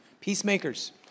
peacemakers